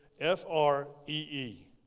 F-R-E-E